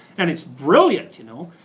and it's brilliant, you know.